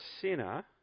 sinner